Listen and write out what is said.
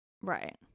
right